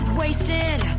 wasted